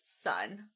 son